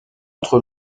entre